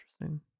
Interesting